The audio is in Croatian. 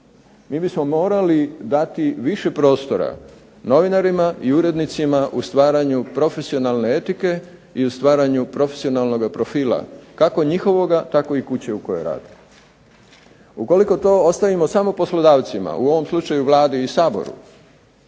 Mi bismo morali dati više prostora novinarima i urednicima u stvaranju profesionalne etike i u stvaranju profesionalnoga profila kako njihovoga tako i kuće u kojoj rade. Ukoliko to ostavimo samo poslodavcima u ovom slučaju Vladi i Saboru